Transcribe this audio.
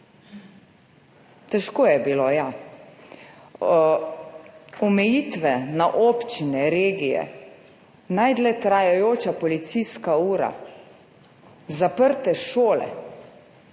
Težko je bilo, ja. Omejitve na občine, regije, najdlje trajajoča policijska ura, zaprte šole,